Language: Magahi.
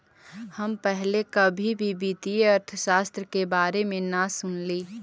हम पहले कभी भी वित्तीय अर्थशास्त्र के बारे में न सुनली